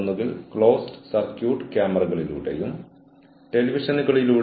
നിങ്ങൾക്കായി എന്റെ പക്കൽ ധാരാളം മെറ്റീരിയലുകൾ ഉണ്ട്